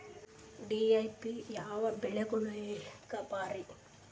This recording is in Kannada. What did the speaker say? ಡಿ.ಎ.ಪಿ ಯಾವ ಬೆಳಿಗೊಳಿಗ ಭಾರಿ?